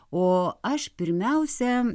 o aš pirmiausia